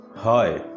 Hi